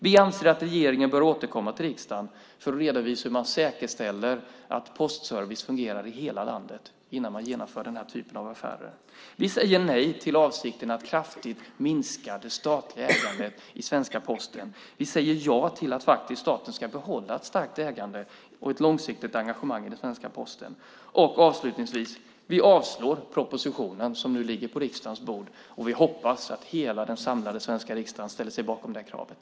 Vi anser att regeringen bör återkomma till riksdagen för att redovisa hur man säkerställer att postservice fungerar i hela landet innan man genomför den här typen av affärer. Vi säger nej till avsikten att kraftigt minska det statliga ägandet i Posten. Vi säger ja till att staten ska behålla ett starkt ägande och ett långsiktigt engagemang i svenska Posten. Avslutningsvis yrkar vi avslag på propositionen som nu ligger på riksdagens bord. Vi hoppas att hela den samlade svenska riksdagen ställer sig bakom det kravet.